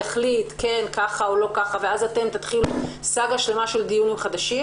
יחליט ככה או לא ככה ואז אתם תתחילו סאגה שלמה של דיונים חדשים.